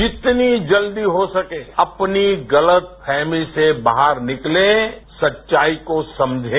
जितनी जल्दी हो सके अपनी गलतफेमी से बाहर निकले सच्चाई को समझे